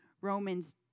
Romans